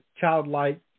childlike